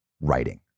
writing